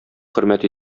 хөрмәт